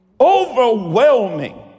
overwhelming